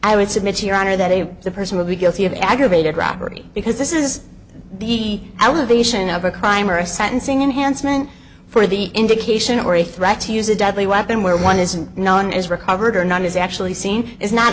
would submit to your honor that a person would be guilty of aggravated robbery because this is the elevation of a crime or a sentencing enhancement for the indication or a threat to use a deadly weapon where one isn't known as recovered or not is actually seen is not